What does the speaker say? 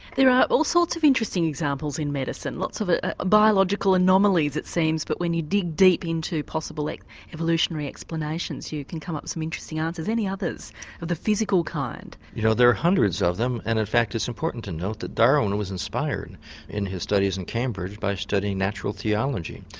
there are all sorts of interesting examples in medicine, lots of ah ah biological anomalies, it seems, but when you dig deep into possible like evolutionary explanations you can come up with some interesting answers. any others of the physical kind? you know there are hundreds of them and in fact it's important to note that darwin was inspired in his studies in cambridge by studying natural theology.